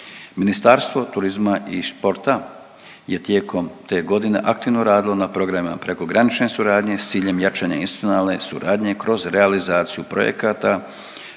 Ministarstvo turizma i športa je tijekom te godine aktivno radilo na programima prekogranične suradnje s ciljem jačanja institucionalne suradnje kroz realizaciju projekata